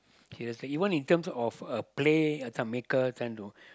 okay let's say you want in terms of uh play ya some maker tend to